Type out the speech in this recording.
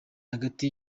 hagati